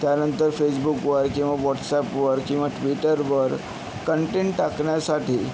त्यानंतर फेसबुकवर किंवा व्हाट्सॲपवर किंवा ट्विटरवर कंटेंट टाकण्यासाठी